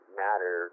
matter